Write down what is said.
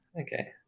Okay